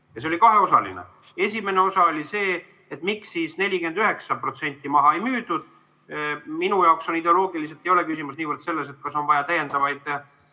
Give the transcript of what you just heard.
Ja küsimus oli kaheosaline. Esimene osa oli see, et miks siis 49% maha ei müüdud. Minu jaoks ideoloogiliselt ei ole küsimus niivõrd selles, kas on vaja täiendavaid